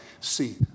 see